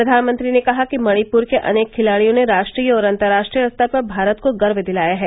प्रधानमंत्री ने कहा कि मणिपूर के अनेक खिलाडियों ने राष्ट्रीय और अंतर्राष्ट्रीय स्तर पर भारत को गर्व दिलाया है